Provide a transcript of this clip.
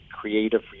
creative